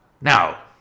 Now